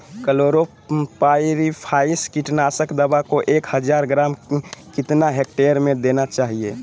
Chlorpyrifos कीटनाशक दवा को एक हज़ार ग्राम कितना हेक्टेयर में देना चाहिए?